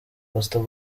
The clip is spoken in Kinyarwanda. pastor